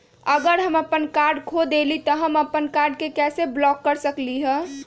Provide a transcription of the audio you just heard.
अगर हम अपन कार्ड खो देली ह त हम अपन कार्ड के कैसे ब्लॉक कर सकली ह?